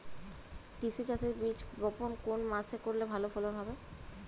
তিসি চাষের বীজ বপন কোন মাসে করলে ভালো ফলন হবে?